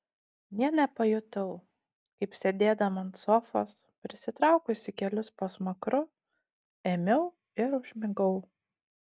nė nepajutau kaip sėdėdama ant sofos prisitraukusi kelius po smakru ėmiau ir užmigau